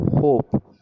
hope